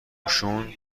اوشون